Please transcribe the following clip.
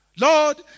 Lord